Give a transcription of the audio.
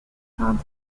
content